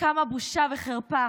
כמה בושה וחרפה.